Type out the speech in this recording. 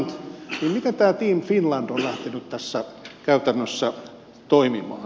miten tämä team finland on lähtenyt tässä käytännössä toimimaan